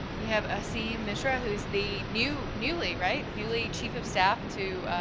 we have asim mishra, who is the new, newly, right, newly chief of staff to